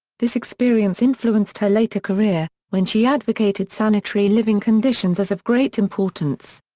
this experience influenced her later career, when she advocated sanitary living conditions as of great importance.